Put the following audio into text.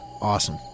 Awesome